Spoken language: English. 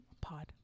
Pod